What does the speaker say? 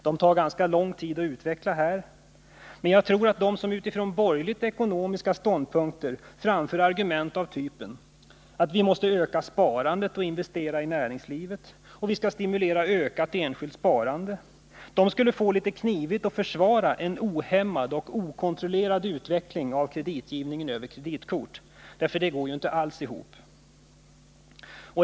Det tar ganska lång tid att utveckla dem, men jag tror att de som utifrån borgerligt ekonomiska ståndpunkter nu framför argument av typen att vi måste öka sparandet och öka investeringarna i näringslivet och att vi skall stimulera ökat enskilt sparande skulle få det litet knivigt att försvara en ohämmad och okontrollerad utveckling av kreditgivningen över kreditkort, för det går ju inte alls ihop.